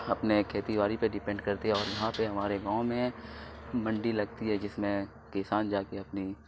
اپنے کھیتی باڑی پہ ڈیپینڈ کرتے ہے اور یہاں پہ ہمارے گاؤں میں منڈی لگتی ہے جس میں کسان جا کے اپنی